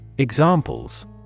Examples